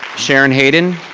sharon hayden.